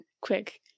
quick